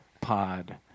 Pod